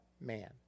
man